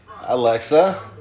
Alexa